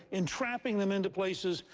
entrapping them into places.